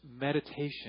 meditation